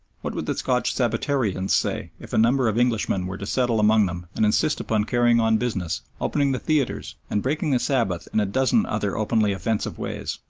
what would the scotch sabbatarians say if a number of englishmen were to settle among them, and insist upon carrying on business, opening the theatres, and breaking the sabbath in a dozen other openly offensive ways?